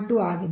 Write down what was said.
2 ಆಗಿದೆ